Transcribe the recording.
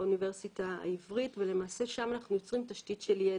באוניברסיטה העברית ולמעשה שם אנחנו יוצרים תשתית של ידע.